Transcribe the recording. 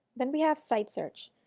then we have site search.